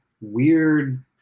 weird